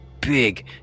big